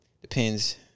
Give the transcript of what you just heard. Depends